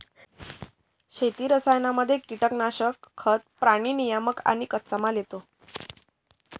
शेती रसायनांमध्ये कीटनाशक, खतं, प्राणी नियामक आणि कच्चामाल येतो